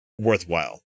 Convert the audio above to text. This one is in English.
worthwhile